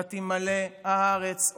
ותמלא הארץ אותם"